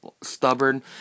stubborn